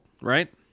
right